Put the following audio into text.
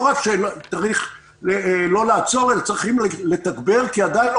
לא רק שצריך לא לעצור אלא צריך לתגבר כי עדיין לא